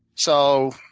so